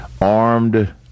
armed